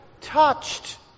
touched